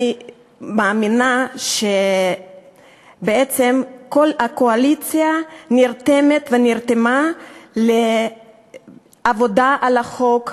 אני מאמינה שבעצם כל הקואליציה נרתמת ונרתמה לעבודה על החוק.